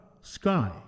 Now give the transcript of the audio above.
sky